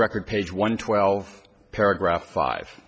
record page one twelve paragraph five